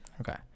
Okay